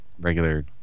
regular